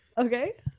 Okay